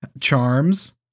Charms